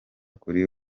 kuri